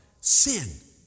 Sin